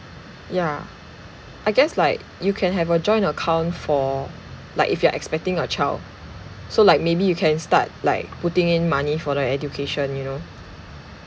ya I guess like you can have a joint account for like if you are expecting a child so like maybe you can start like putting in money for the education you know